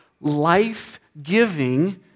life-giving